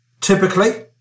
Typically